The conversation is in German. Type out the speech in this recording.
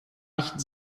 nicht